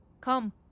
Come